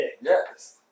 Yes